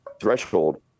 threshold